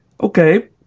okay